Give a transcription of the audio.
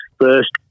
first